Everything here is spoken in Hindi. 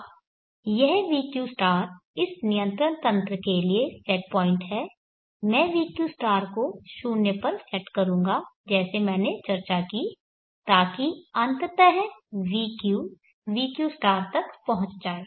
अब यह vq इस नियंत्रण तंत्र के लिए सेट पॉइंट है मैं vq को 0 पर सेट करूंगा जैसे मैंने चर्चा की ताकि अंततः vq vq तक पहुंच जाए